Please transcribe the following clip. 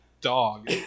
dog